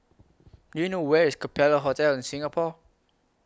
Do YOU know Where IS Capella Hotel Singapore